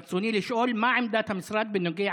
ברצוני לשאול: מה עמדת המשרד בנוגע